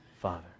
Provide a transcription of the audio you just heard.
father